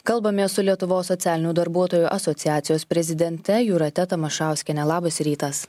kalbamės su lietuvos socialinių darbuotojų asociacijos prezidente jūrate tamašauskiene labas rytas